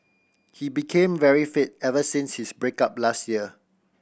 he became very fit ever since his break up last year